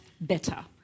better